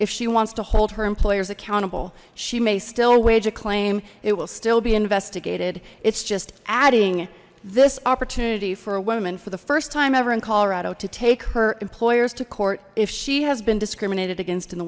if she wants to hold her employers accountable she may still wage a claim it will still be investigated it's just adding this opportunity for a woman for the first time ever in colorado to take her employers to court if she has been discriminated against in the